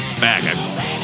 back